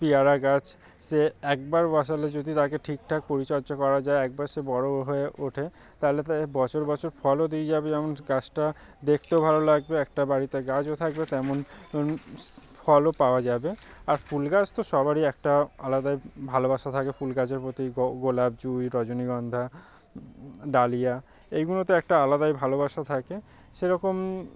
পেয়ারা গাছ সে একবার বসালে যদি তাকে ঠিকঠাক পরিচর্যা করা যায় একবার সে বড় হয়ে ওঠে তাহলে তাকে বছর বছর ফলও দিয়ে যাবে যেমন গাছটা দেখতেও ভালো লাগবে একটা বাড়িতে গাছও থাকবে তেমন ফলও পাওয়া যাবে আর ফুল গাছ তো সবারই একটা আলাদাই ভালোবাসা থাকে ফুল গাছের প্রতি গোলাপ জুঁই রজনীগন্ধা ডালিয়া এইগুলোতে একটা আলাদাই ভালোবাসা থাকে সেরকম